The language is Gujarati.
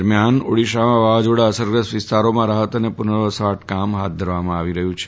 દરમિયાન ઓડીશામાં વાવાઝોડા અસરગ્રસ્ત વિસ્તારોમાં રાહત અને પુનર્વસવાટ કામ હાથ ધરવામાં આવ્યું છે